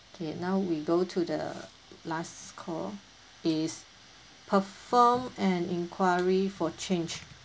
okay now we go to the last call is perform an enquiry for change